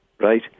Right